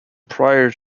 prior